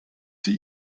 sie